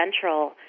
central